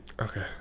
Okay